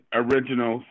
original